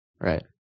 Right